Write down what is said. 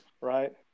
right